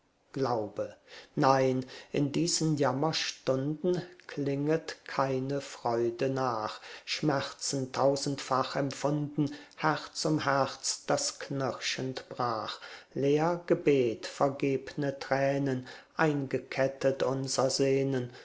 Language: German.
glaube nein in diesen jammerstunden klinget keine freude nach schmerzen tausendfach empfunden herz um herz das knirschend brach leer gebet vergebne tränen eingekettet unser sehnen